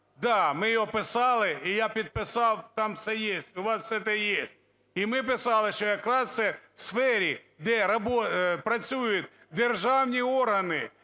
Да, ми його писали і я підписав, там все є, у вас це є. І ми писали, що якраз це у сфері, де працюють державні органи,